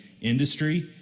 industry